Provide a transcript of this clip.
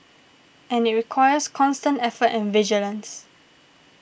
and it requires constant effort and vigilance